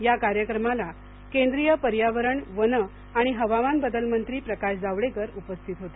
या कार्यक्रमाला केंद्रीय पर्यावरण वन आणि हवामान बदल मंत्री प्रकाश जावडेकर उपस्थित होते